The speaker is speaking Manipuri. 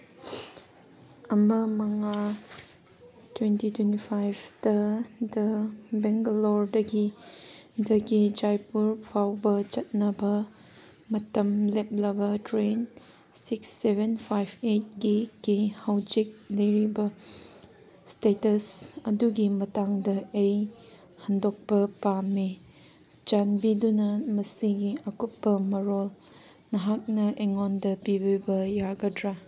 ꯑꯃ ꯃꯉꯥ ꯇ꯭ꯋꯦꯟꯇꯤ ꯇ꯭ꯋꯦꯟꯇꯤ ꯐꯥꯏꯚꯇꯗ ꯕꯦꯡꯒꯂꯣꯔꯗꯒꯤ ꯇꯒꯤ ꯖꯥꯏꯄꯨꯔ ꯐꯥꯎꯕ ꯆꯠꯅꯕ ꯃꯇꯝ ꯂꯦꯞꯂꯕ ꯇ꯭ꯔꯦꯟ ꯁꯤꯛꯁ ꯁꯚꯦꯟ ꯐꯥꯏꯚ ꯑꯩꯠꯒꯤꯀꯤ ꯍꯧꯖꯤꯛ ꯂꯩꯔꯤꯕ ꯏꯁꯇꯦꯇꯁ ꯑꯗꯨꯒꯤ ꯃꯇꯥꯡꯗ ꯑꯩ ꯍꯟꯗꯣꯛꯄ ꯄꯥꯝꯃꯤ ꯆꯥꯟꯕꯤꯗꯨꯅ ꯃꯁꯤꯒꯤ ꯑꯀꯨꯞꯄ ꯃꯔꯣꯜ ꯅꯍꯥꯛꯅ ꯑꯩꯉꯣꯟꯗ ꯄꯤꯕꯤꯕ ꯌꯥꯒꯗ꯭ꯔꯥ